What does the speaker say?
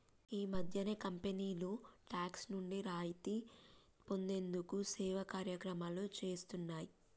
ఈ మధ్యనే కంపెనీలు టాక్స్ నుండి రాయితీ పొందేందుకు సేవా కార్యక్రమాలు చేస్తున్నాయి